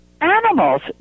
animals